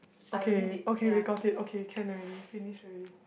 okay okay we got it okay can already finish already